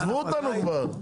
עזבו אותנו כבר,